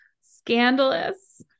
scandalous